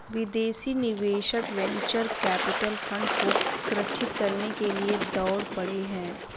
विदेशी निवेशक venture capital fund को सुरक्षित करने के लिए दौड़ पड़े हैं